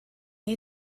neu